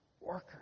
Workers